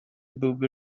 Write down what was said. byłby